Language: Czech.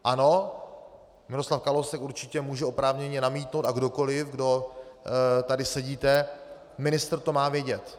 Ano, Miroslav Kalousek určitě může oprávněně namítnout, a kdokoli, kdo tady sedíte, ministr to má vědět.